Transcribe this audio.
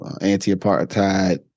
anti-apartheid